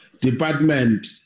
department